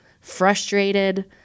frustrated